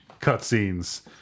cutscenes